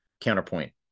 counterpoint